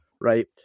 right